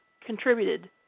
contributed